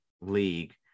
league